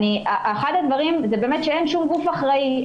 אחד הדברים הוא שאין שום גוף אחראי,